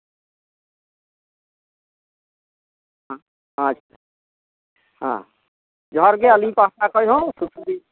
ᱦᱮᱸ ᱟᱪᱪᱷᱟ ᱦᱮᱸ ᱡᱚᱦᱟᱨ ᱜᱮ ᱟᱹᱞᱤᱧ ᱯᱟᱦᱴᱟ ᱠᱷᱚᱱ ᱦᱚᱸ